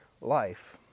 life